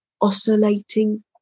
oscillating